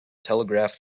telegraph